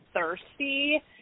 thirsty